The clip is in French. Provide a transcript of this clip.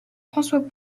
françois